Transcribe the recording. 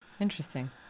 interesting